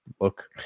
look